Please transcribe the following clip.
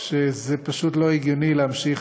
שזה פשוט לא הגיוני להמשיך